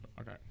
Okay